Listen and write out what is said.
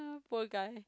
poor guy